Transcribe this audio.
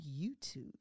YouTube